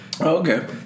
Okay